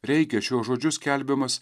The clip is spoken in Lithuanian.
reikia šiuos žodžius skelbiamas